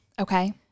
Okay